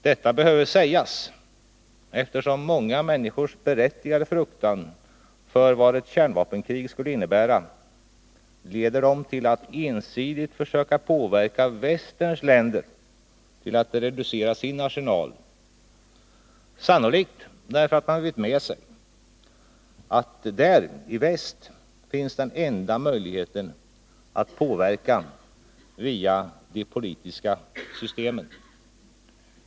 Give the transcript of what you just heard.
Detta behöver sägas, eftersom många människors berättigade fruktan för vad ett kärnvapenkrig skulle innebära leder dem till att man ensidigt försöker påverka västerns länder till att reducera sin arsenal, sannolikt därför att man vet med sig att där, i väst, finns den enda möjligheten att påverka via det politiska systemet.